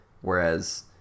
whereas